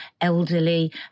elderly